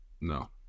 No